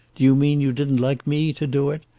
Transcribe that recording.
do you mean you didn't like me to do it?